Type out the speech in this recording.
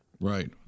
Right